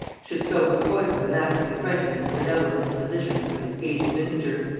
should so have poisoned the naturally friendly and benevolent disposition of this aged minister,